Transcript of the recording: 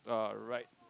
uh right